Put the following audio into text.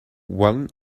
one